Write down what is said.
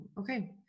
Okay